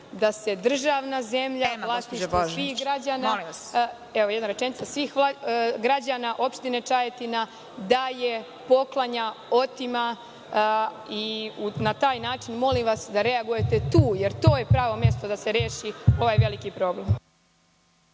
da se državna zemlja u vlasništvu svih građana…(Predsedavajuća: Tema.)Evo, jedna rečenica… svih građana opštine Čajetina daje, poklanja, otima i na taj način molim vas da reagujete tu, jer to je pravo mesto da se reši ovaj veliki problem.